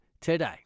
today